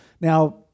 Now